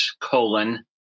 colon